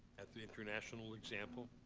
at the international example.